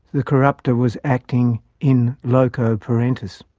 the corrupter was acting in loco parentis.